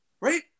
right